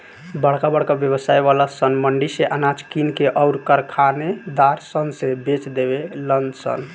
बरका बरका व्यवसाय वाला सन मंडी से अनाज किन के अउर कारखानेदार सन से बेच देवे लन सन